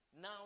Now